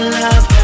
love